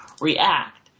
react